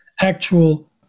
actual